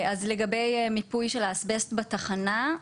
לגבי המיפוי של האסבסט בתחנה,